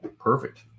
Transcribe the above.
Perfect